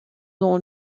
dans